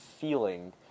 feeling